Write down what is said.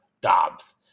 Dobbs